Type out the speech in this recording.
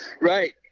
Right